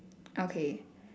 okay